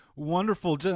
Wonderful